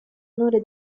onore